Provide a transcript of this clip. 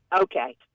Okay